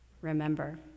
remember